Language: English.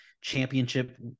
championship